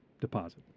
deposit